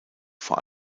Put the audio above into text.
vor